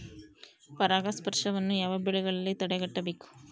ಪರಾಗಸ್ಪರ್ಶವನ್ನು ಯಾವ ಬೆಳೆಗಳಲ್ಲಿ ತಡೆಗಟ್ಟಬೇಕು?